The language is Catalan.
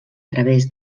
través